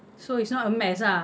so it's not a mass ah